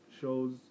shows